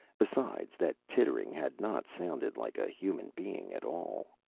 besides, that tittering had not sounded like a human being at all.